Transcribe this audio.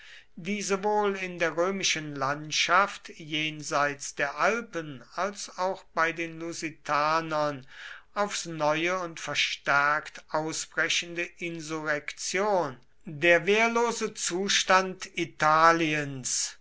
die sowohl in der römischen landschaft jenseits der alpen als auch bei den lusitanern aufs neue und verstärkt ausbrechende insurrektion der wehrlose zustand italiens